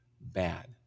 bad